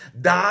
die